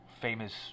famous